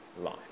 life